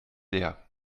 leer